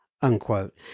Unquote